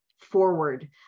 forward